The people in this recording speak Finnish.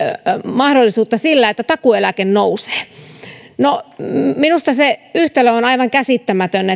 mahdollisuutta sillä että takuueläke nousee no minusta se yhtälö on aivan käsittämätön